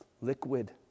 liquid